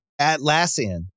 Atlassian